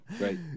right